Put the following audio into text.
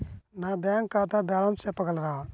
నా బ్యాంక్ ఖాతా బ్యాలెన్స్ చెప్పగలరా?